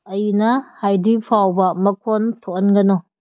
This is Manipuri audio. ꯑꯩꯅ ꯍꯥꯏꯗ꯭ꯔꯤꯐꯥꯎꯕ ꯃꯈꯣꯟ ꯊꯣꯛꯍꯟꯒꯅꯨ